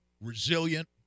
resilient